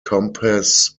compass